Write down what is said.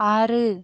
ஆறு